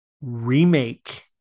remake